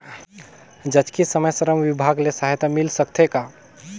जचकी समय श्रम विभाग ले सहायता मिल सकथे का?